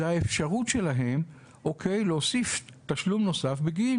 האפשרות שלהם היא להוסיף תשלום נוסף בגין